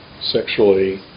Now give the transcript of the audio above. sexually